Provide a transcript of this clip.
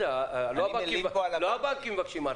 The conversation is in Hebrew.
לא הבנקים מבקשים הארכה.